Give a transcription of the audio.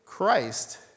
Christ